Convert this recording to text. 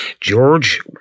George